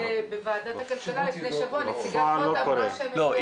בוועדת הכלכלה לפני שבוע נציגת הוט אמרה שהם --- בפועל זה לא קורה?